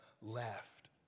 left